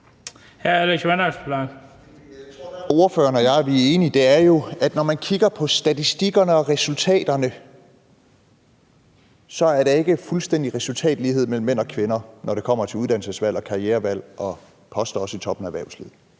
at der, hvor ordføreren og jeg er enige, jo er, at når man kigger på statistikkerne og resultaterne, så er der ikke fuldstændig resultatlighed mellem mænd og kvinder, når det kommer til uddannelsesvalg og karrierevalg og også poster i toppen af erhvervslivet.